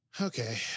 okay